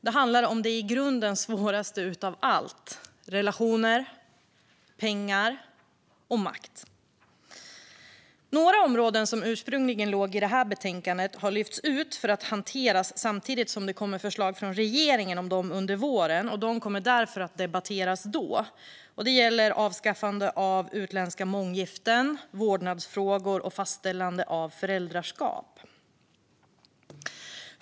Det handlar om det i grunden svåraste av allt: relationer, pengar och makt. Några områden som ursprungligen låg i det här betänkandet har lyfts ut för att hanteras samtidigt som det kommer förslag från regeringen om dem under våren. De kommer därför att debatteras då. Det gäller avskaffande av utländska månggiften, vårdnadsfrågor och frågor om fastställande av föräldraskap.